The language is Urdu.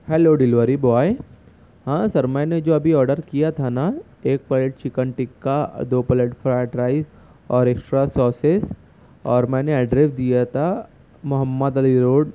ہلو ڈیلیوری بوائے ہاں سر میں نے جو ابھی آڈر کیا تھا نا ایک پلیٹ چکن ٹکہ دو پلیٹ فرائیڈ رائس اور ایکسٹرا ساسیس اور میں نے ایڈریس دیا تھا محمد علی روڈ